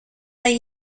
hay